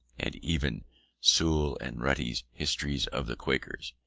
and even sewell and rutty's histories of the quakers.